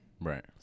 Right